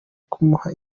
kumuha